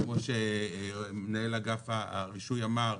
כמו שמנהל אגף הרישוי אמר,